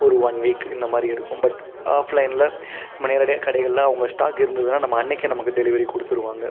ஒரு one week இந்தமாதிரி எடுக்கும் பட் ஆஃப்லைனில் நம்ம நேரடியாக கடைகளில் அங்கே ஸ்டாக் இருந்ததுனால் நம்ம அன்றைக்கே நமக்கு டெலிவரி கொடுத்துடுவாங்க